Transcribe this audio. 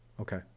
Okay